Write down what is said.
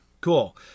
cool